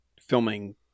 filming